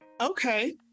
Okay